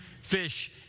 fish